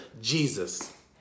Jesus